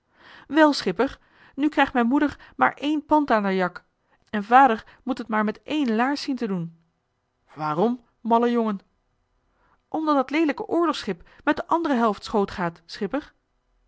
wel schipper nu krijgt m'n moeder maar één pand aan d'r jak en vader moet het maar met één laars zien te doen waarom malle jongen omdat dat leelijke oorlogsschip met de andere helft schoot gaat schipper